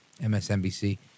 MSNBC